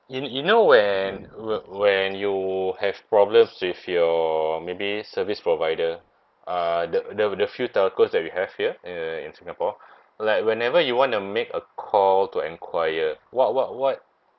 you you know when whe~ when you have problems with your maybe service provider uh the the the few telcos that we have here uh in singapore like whenever you want to make a call to enquire what what what